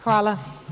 Hvala.